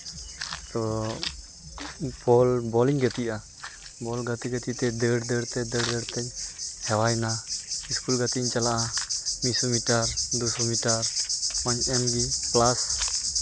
ᱛᱚ ᱵᱚᱞ ᱵᱚᱞᱤᱧ ᱜᱟᱛᱮᱜᱼᱟ ᱵᱚᱞ ᱜᱟᱛᱮᱼᱜᱟᱛᱮ ᱛᱮ ᱫᱟᱹᱲᱼᱫᱟᱹᱲ ᱛᱮᱧ ᱦᱮᱣᱟᱭᱱᱟ ᱥᱠᱩᱞ ᱜᱟᱛᱮ ᱤᱧ ᱪᱟᱞᱟᱜᱼᱟ ᱢᱤᱫ ᱥᱚ ᱢᱤᱴᱟᱨ ᱫᱩ ᱥᱚ ᱢᱤᱴᱟᱨ ᱚᱱᱟᱧ ᱮᱢᱟᱧ ᱯᱞᱟᱥ